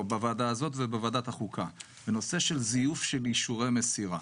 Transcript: בוועדה הזאת ובוועדת החוקה בנושא של זיוף אישורי מסירה.